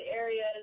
areas